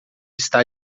está